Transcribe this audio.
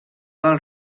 del